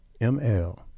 ml